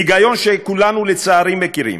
היגיון שכולנו, לצערי, מכירים,